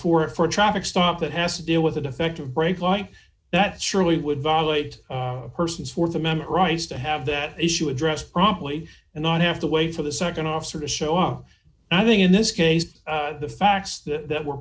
it for a traffic stop that has to deal with a defective brake light that surely would violate a person's th amendment rights to have that issue addressed promptly and not have to wait for the nd officer to show up i think in this case the facts that were